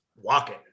walking